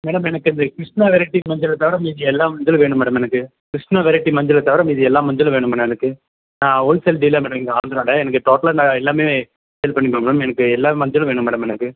madam எனக்கு இந்த Krishna varieties மஞ்சளைத் தவிர மீதி எல்லா மஞ்சளும் வேணும் மேடம் எனக்கு கிருஷ்ணா வெரைட்டீஸ் மஞ்சளைத்தவிர மீதி எல்லா மஞ்சளும் வேணும் மேடம் எனக்கு ஆ ஹோல்சேல் டீலர் மேடம் இந்த ஆந்திரால எனக்கு டோட்டலாக இந்த எல்லாமே இது பண்ணிப்போம் மேம் எனக்கு எல்லா மஞ்சளும் வேணும் மேடம் எனக்கு